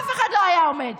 אף אחד לא היה עומד,